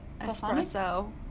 espresso